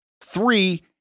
Three